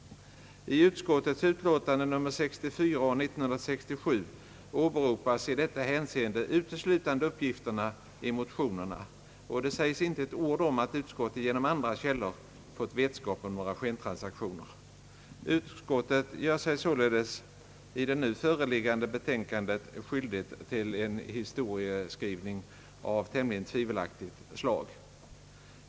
I utskottets utlåtande nr 64 år 1967 åberopas i detta hänseende uteslutande uppgifterna i motionerna och det sägs inte ett ord om att utskottet genom andra källor fått vetskap om några skentransaktioner. Utskottet gör sig således i det nu föreliggande betänkandet skyldigt till en historieskrivning av tämligen tvivelaktigt slag.